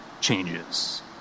changes